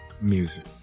music